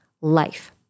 life